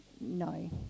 no